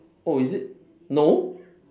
oh is it no